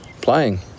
playing